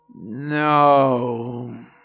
No